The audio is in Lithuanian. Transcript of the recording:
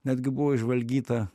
netgi buvo išžvalgyta